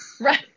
Right